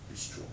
bistro